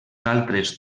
altres